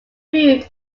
moved